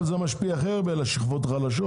דרך אגב, זה משפיע הכי הרבה על השכבות החלשות.